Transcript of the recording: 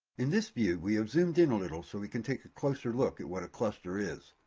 in this view, we have zoomed in a little so we can take a closer look at what a cluster is.